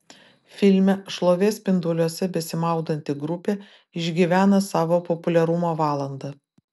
filme šlovės spinduliuose besimaudanti grupė išgyvena savo populiarumo valandą